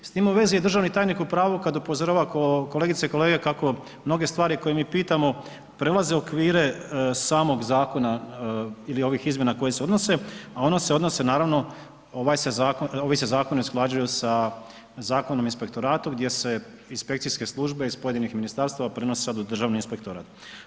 S tim u vezi je državni tajniku pravu, kada upozorava kolegice i kolege, kako mnoge stvari koje mi pitamo, prelaze okvire samog zakona ili ovih izmjena na koje se odnose, a one se odnose, naravno, ovi se zakoni usklađuju sa Zakonom o inspektoratu, gdje se inspekcijske službe iz pojedinih ministarstava prenose sada u državni inspektorat.